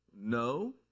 No